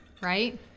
right